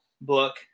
book